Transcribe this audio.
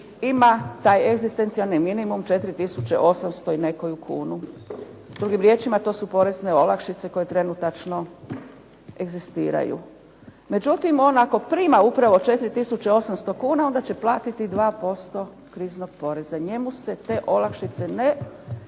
ima taj egzistencijalni minimum 4800 i nekoju kunu. Drugim riječima to su porezne olakšice koje trenutačno egzistiraju. Međutim, on ako prima upravo 4800 kuna onda će platiti 2% kriznog poreza. Njemu se te olakšice ne